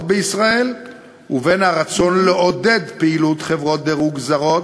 בישראל ובין הרצון לעודד פעילות חברות דירוג זרות